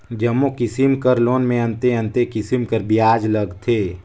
जम्मो किसिम कर लोन में अन्ते अन्ते किसिम कर बियाज लगथे